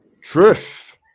Truth